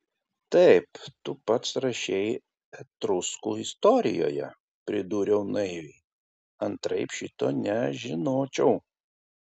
taip tu pats rašei etruskų istorijoje pridūriau naiviai antraip šito nežinočiau